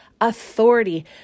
authority